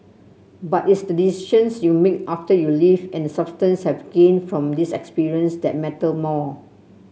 but its the decisions you make after you leave and substance have gained from this experience that matter more